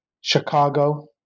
Chicago